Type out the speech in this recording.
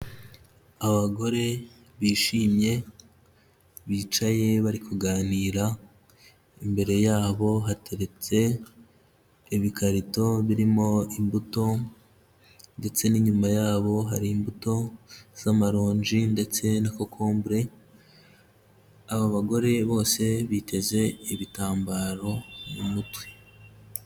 Abagore bishimye bicaye bari kuganira, imbere yabo hateretse ibikarito birimo imbuto ndetse n'inyuma yabo hari imbuto z'amaronji ndetse na kokombure, abo bagore bose biteze ibitambaro mu mutwe.